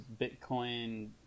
Bitcoin